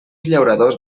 llauradors